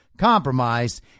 Compromised